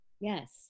Yes